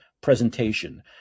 presentation